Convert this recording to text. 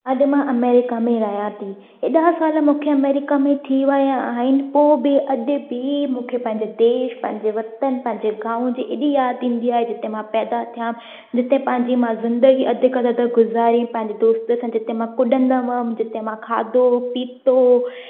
अॼु मां अमेरिका में रहियां थी ऐॾा साल मूंखे अमैरिका में थी विया आहिनि पोइ बि अॼु बि मूंखे पंहिंजे देश पंहिंजे वतन पंहिंजे गाँव जी एॾी यादि ईंदी आहे जिते मां पैदा थिया जिते पंहिंजी मां ज़िंदगी अॼु कल्ह ते गुज़ारी पंहिंजे दोस्त सां जिते मां कुॾंदमि जिते मां खाधो पीतो